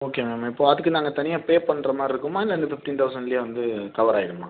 okay ma'am இப்போது அதுக்கு நாங்கள் தனியாக பே பண்ணுற மாதிரி இருக்குமா இல்லை இந்த ஃபிஃப்டின் தௌசண்ட்லேயே வந்து கவர் ஆயிடுமா